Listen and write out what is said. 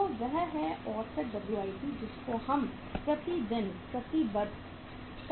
तो वह है औसत WIP जिसको हम प्रतिदिन प्रतिबद्ध करते हैं